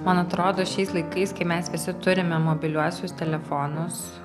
man atrodo šiais laikais kai mes visi turime mobiliuosius telefonus